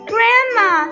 Grandma